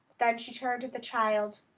then she turned to the child.